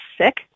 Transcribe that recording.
sick